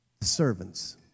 Servants